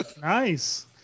Nice